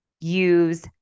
use